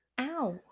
Ow